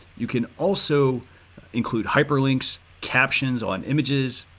you can also include hyperlinks, captions on images,